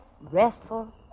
restful